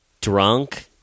drunk